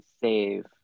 save